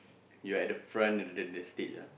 you are at the front of the the the stage ah